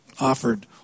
offered